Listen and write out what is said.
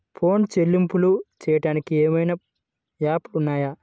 Phone చెల్లింపులు చెయ్యటానికి ఏవైనా యాప్లు ఉన్నాయా?